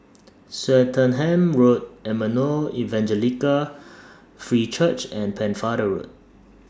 Swettenham Road Emmanuel Evangelical Free Church and Pennefather Road